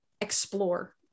explore